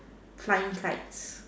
flying kites